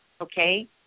Okay